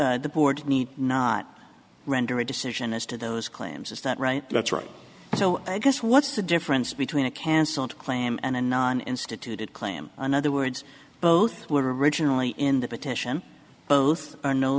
that the board need not render a decision as to those claims is that right that's right so i guess what's the difference between a cancelled claim and a non instituted claim on other words both were originally in the petition both are no